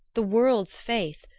the world's faith,